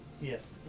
Yes